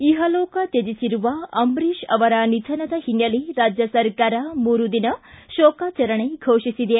ಇಹಲೋಕ ತ್ಯಜಿಸಿರುವ ಅಂಬರೀಶ್ ಅವರ ನಿಧನದ ಹಿನ್ನೆಲೆ ರಾಜ್ಯ ಸರ್ಕಾರ ಮೂರು ದಿನ ಶೋಕಾಚರಣೆ ಘೋಷಿಸಿದೆ